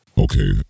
Okay